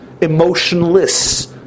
emotionless